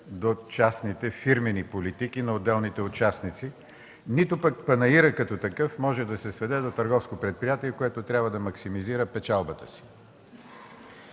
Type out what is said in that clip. до частните фирмени политики на отделните участници, нито пък панаирът като такъв може да се сведе до търговско предприятие, което трябва да максимизира печалбата си.